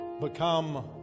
become